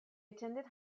attended